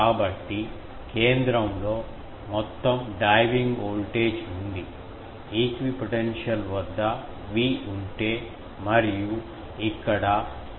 కాబట్టి కేంద్రంలో మొత్తం డైవింగ్ వోల్టేజ్ ఉంది ఈక్విపోటెన్షియల్ వద్ద V ఉంటే మరియు ఇక్కడ ఇవి వ్యతిరేకం గా ఉన్నాయి